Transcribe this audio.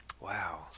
Wow